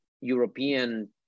European